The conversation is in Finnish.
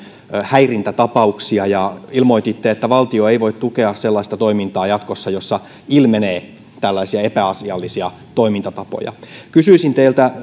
häirintätapauksia ja ilmoititte että valtio ei voi tukea sellaista toimintaa jatkossa jossa ilmenee tällaisia epäasiallisia toimintatapoja kysyisin teiltä